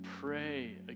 pray